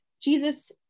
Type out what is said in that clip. Jesus